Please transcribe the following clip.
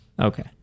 Okay